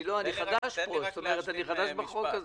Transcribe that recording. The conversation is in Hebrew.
אני חדש בחוק הזה.